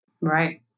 right